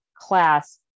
class